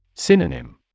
Synonym